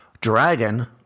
dragon